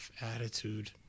attitude